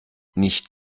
nicht